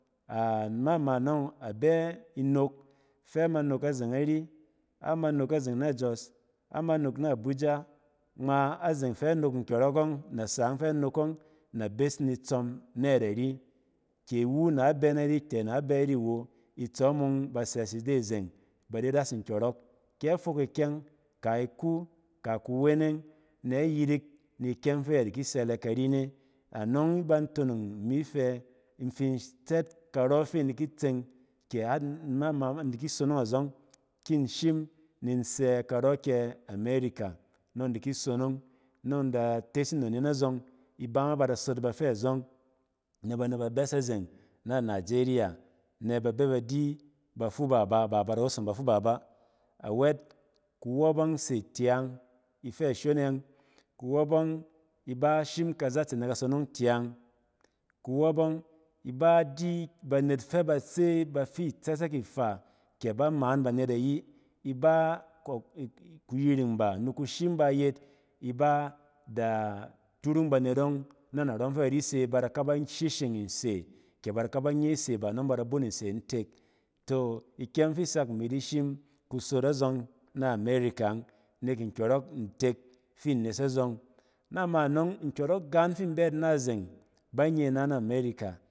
Nama anɔng abɛ inok fa a ma nok nzeng ari, ini nɔk na jos, ini nok na abuja, nkyɔrɔk yɔng, nasa yɔng fɛ a nok yɔng na bes mitsɔm ayɛt ari, ke iwu na bɛ ari ken a bɛ ari awo, itsɔm yɔng ba ses id azen ba di vas nkyɔrɔk, ke a fok ikyɛng, ke iku ke kuwɛnɛng na yirik ni ikyɛng fɛ a di ki sele kan ne, anɔng e bang tonong in fi tsɛt karɔ fi in di ki tseng ke nama in di sonong azong kin shim nin sɛ karɔ ke amerika, in di sonong nin tes ninon hom azɔng, ba ma ba sot bafɛ azɔng, ne ba ne ba bes azeng na nijeriya na ba bɛ ba di bafuba bɛ, ba bada wosong ba anɛt kuwɔp yɔng se tyang ifi ashone yɔng, iba shim kazatse naka sonong tyang kuwap yɔng di banet fɛ bas a bafi itsɛsɛk ifa ke bamang banet ayi, iba kiyiring ba yet, ba da turuung banet yɔng narɔ fa ba di se, ba da k aba shesheng nseke b aka ban ye nse nɔng ba bin bun nse ntek ikyɛng fi isak ini shim kus of azɔng ne amerika yɔng, nek nkyɔrɔk ntek fi nnes azɔng, nama anɔng nkyɔrɔ dot fi in bɛ yit ina azen ban ye ina na amerika.